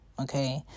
Okay